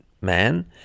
man